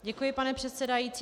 Děkuji, pane předsedající.